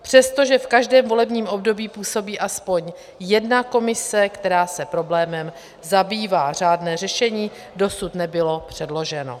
Přestože v každém volebním období působí aspoň jedna komise, která se problémem zabývá, řádné řešení dosud nebylo předloženo.